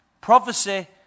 prophecy